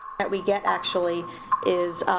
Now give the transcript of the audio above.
that we get actually is